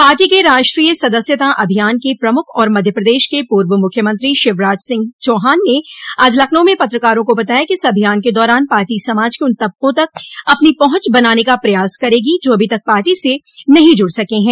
party के राष्ट्रीय सदस्यता अभियान के प्रमुख और मध्य प्रदेश के पूर्व मुख्यमंत्री शिवराज सिंह चौहान ने आज लखनऊ में पत्रकारों को बताया कि इस अभियान के दौरान पार्टी समाज के उन तबको तक अपनी पहंच बनाने का प्रयास करेगी जो अभी तक पार्टी से नहीं जुड़ सके हैं